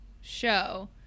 show